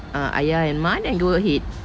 uh ayah and ma then go ahead